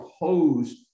opposed